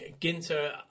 Ginter